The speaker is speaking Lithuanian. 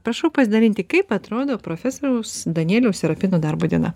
prašau pasidalinti kaip atrodo profesoriaus danieliaus serapino darbo diena